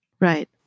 Right